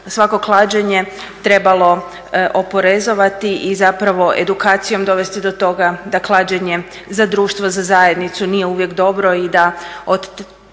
svako klađenje trebalo oporezivati i zapravo edukacijom dovesti do toga da klađenje za društvu, za zajednicu nije uvijek dobro i da od